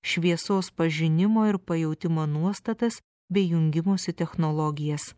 šviesos pažinimo ir pajautimo nuostatas bei jungimosi technologijas